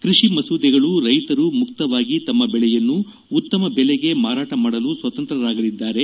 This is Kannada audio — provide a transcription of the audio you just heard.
ಕೃಷಿ ಮಸೂದೆಗಳು ರೈತರು ಮುಕ್ತವಾಗಿ ತಮ್ಮ ದೆಳೆಯನ್ನು ಉತ್ತಮ ಬೆಲೆಗೆ ಮಾರಾಟ ಮಾಡಲು ಸ್ವತಂತ್ರರಾಗಲಿದ್ದಾರೆ